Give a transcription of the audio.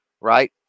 right